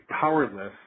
powerless